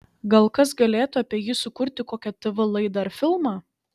gal kas galėtų apie jį sukurti kokią tv laidą ar filmą